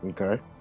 okay